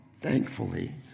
thankfully